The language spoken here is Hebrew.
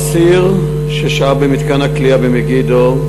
האסיר, ששהה במתקן הכליאה במגידו,